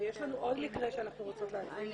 לנו עוד מקרה שאנחנו רוצות להציג.